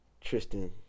Tristan